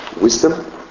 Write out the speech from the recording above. wisdom